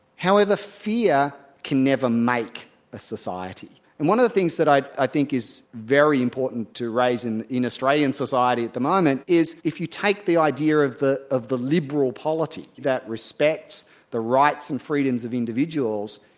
however, fear can never make a society. and one of the things i i think is very important to raise in in australian society at the moment, is if you take the idea of the of the liberal polity that respects the rights and freedoms of individuals,